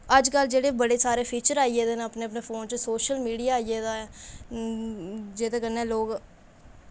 अज्जकल जेह्ड़े बड़े सारे फीचर्स आई गेदे न अपने अपने फोन च सोशल मीडिया आई गेदा ऐ जेह्दे कन्नै लोक